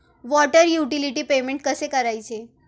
Water utility payment कसे करायचे?